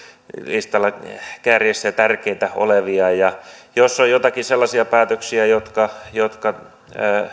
kärjessä ja ovat tärkeitä ja jos on joitakin sellaisia päätöksiä jotka jotka